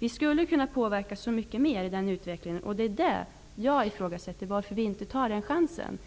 Vi skulle kunna påverka utvecklingen mycket mer. Varför tar vi inte den chansen?